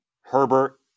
Herbert